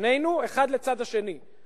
שנינו, אחד לצד השני.